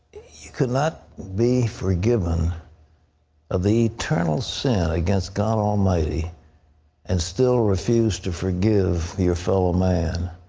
he could not be forgiven of the eternal sin against god almighty and still refuse to forgive your fellow man.